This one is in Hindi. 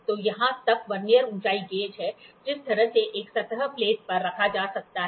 तो यहाँ एक वर्नियर ऊंचाई गेज है जिस तरह से एक सतह प्लेट पर रखा जा सकता है